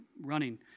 running